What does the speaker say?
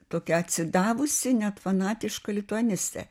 tokia atsidavusi net fanatiška lituanistė